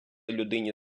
людині